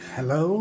Hello